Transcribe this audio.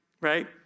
right